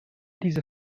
diese